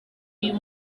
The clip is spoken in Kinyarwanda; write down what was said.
uyu